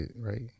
right